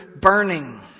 burning